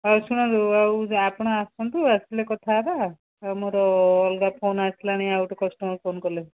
ହେଉ ଶୁଣନ୍ତୁ ଆଉ ଆପଣ ଆସନ୍ତୁ ଆସିଲେ କଥା ହେବା ଆଉ ମୋର ଅଲଗା ଫୋନ୍ ଆସିଲାଣି ଆଉ ଗୋଟେ କଷ୍ଟମର୍ ଫୋନ୍ କଲେ